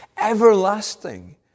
everlasting